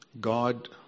God